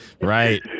Right